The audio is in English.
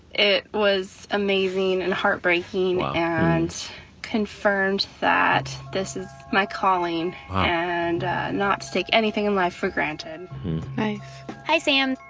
it was amazing and heartbreaking. wow and confirmed that this is my calling wow and not to take anything in life for granted nice hi, sam.